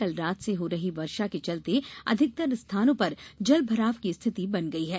कल रात से हो रही वर्षा के चलते अधिकतर स्थानों पर जलभराव की रिथति बन गयी है